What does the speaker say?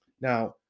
Now